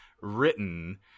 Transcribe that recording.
written